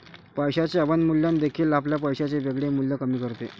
पैशाचे अवमूल्यन देखील आपल्या पैशाचे वेळेचे मूल्य कमी करते